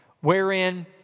wherein